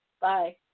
Bye